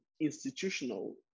institutional